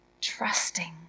trusting